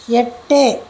எட்டு